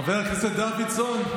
חבר הכנסת דוידסון?